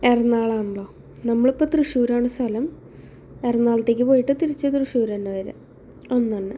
എറണാകുളമാണല്ലോ നമ്മളിപ്പോൾ തൃശ്ശൂരാണ് സ്ഥലം എറണാകുളത്തേക്ക് പോയിട്ട് തിരിച്ച് തൃശ്ശൂരന്നെ വരാൻ അന്നന്നെ